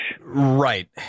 right